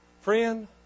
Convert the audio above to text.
Friend